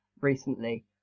recently